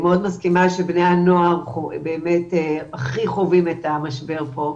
אני מאוד מסכימה שבני הנוער באמת הכי חווים את המשבר פה,